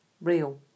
real